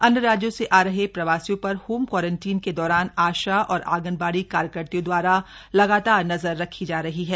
अन्य राज्यों से आ रहे प्रवासियों पर होम क्वारंटीन के दौरान आशा और आंगनबाड़ी कार्यकर्त्रियों द्वारा लगातार नजर रखी जा रही है